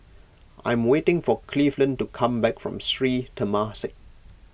I am waiting for Cleveland to come back from Sri Temasek